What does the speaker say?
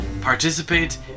participate